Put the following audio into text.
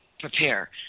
prepare